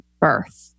birth